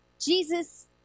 Jesus